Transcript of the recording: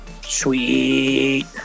Sweet